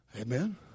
Amen